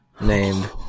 named